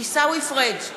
עיסאווי פריג'